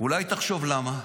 אולי תחשוב למה?